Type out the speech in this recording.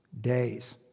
days